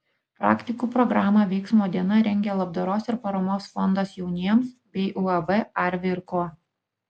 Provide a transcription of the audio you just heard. praktikų programą veiksmo diena rengia labdaros ir paramos fondas jauniems bei uab arvi ir ko